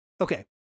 Okay